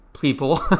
people